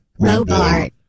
Robart